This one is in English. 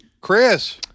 Chris